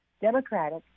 democratic